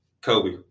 Kobe